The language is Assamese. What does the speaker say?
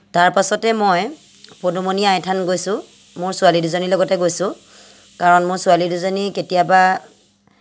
তাৰ পাছতে মই পদূমণি আইথান গৈছোঁ মোৰ ছোৱালী দুজনীৰ লগতে গৈছোঁ কাৰণ মোৰ ছোৱালী দুজনী কেতিয়াবা